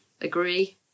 Agree